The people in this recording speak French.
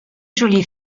jolie